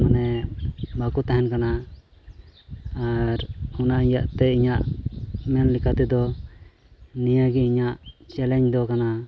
ᱢᱟᱱᱮ ᱵᱟᱠᱚ ᱛᱟᱦᱮᱱ ᱠᱟᱱᱟ ᱟᱨ ᱚᱱᱟ ᱤᱭᱟᱹᱛᱮ ᱤᱧᱟᱹᱜ ᱢᱮᱱ ᱞᱮᱠᱟ ᱛᱮᱫᱚ ᱱᱤᱭᱟᱹᱜᱮ ᱤᱧᱟᱹᱜ ᱪᱮᱞᱮᱧᱡᱽ ᱫᱚ ᱠᱟᱱᱟ